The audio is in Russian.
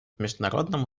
международному